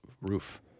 roof